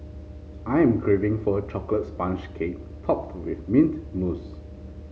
I am craving for a chocolate sponge cake topped with mint mousse